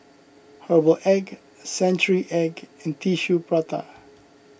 Herbal Egg Century Egg and Tissue Prata